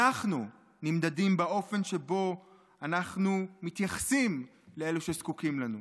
אנחנו נמדדים באופן שבו אנחנו מתייחסים לאלו שזקוקים לנו.